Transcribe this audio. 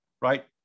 right